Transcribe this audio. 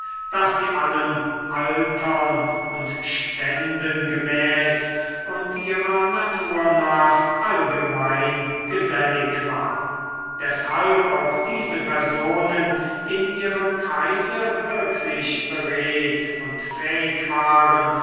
daß sie allen altern und ständen gemäß und ihrer natur nach allgemein gesellig war deshalb auch diese personen in ihrem kreise wirklich beredt und fähig waren